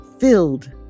filled